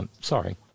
Sorry